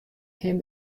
him